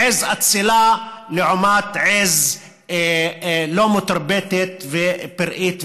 עז אצילה לעומת עז לא מתורבתת ופראית.